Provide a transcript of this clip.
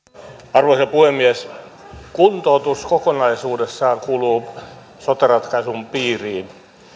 arvoisa puhemies kuntoutus kokonaisuudessaan kuuluu sote ratkaisun piiriin